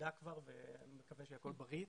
שילדה כבר ומקווה שהכול בריא אצלה,